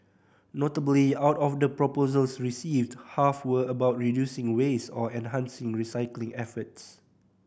notably out of the proposals received half were about reducing waste or enhancing recycling efforts